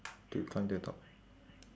to climb to the top